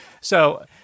So-